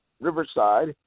Riverside